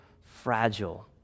fragile